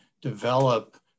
develop